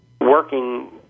working